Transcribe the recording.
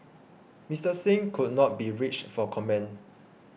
Mister Singh could not be reached for comment